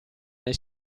nel